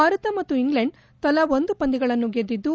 ಭಾರತ ಮತ್ತು ಇಂಗ್ಲೆಂಡ್ ತಲಾ ಒಂದು ಪಂದ್ಯಗಳನ್ನು ಗೆದ್ದಿದ್ದು